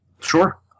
Sure